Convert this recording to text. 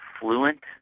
fluent